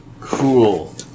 Cool